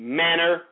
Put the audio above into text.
manner